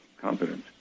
competence